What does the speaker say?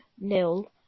nil